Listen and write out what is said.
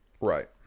Right